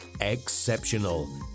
exceptional